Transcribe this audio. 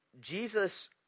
Jesus